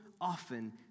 often